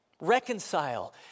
Reconcile